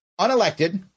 unelected